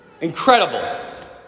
Incredible